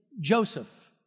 Joseph